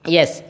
Yes